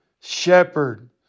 shepherd